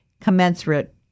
commensurate